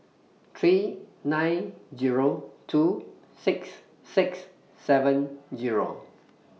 three nine Zero two six six seven Zero